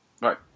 Right